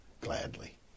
gladly